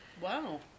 wow